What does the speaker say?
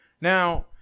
Now